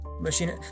Machine